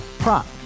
Prop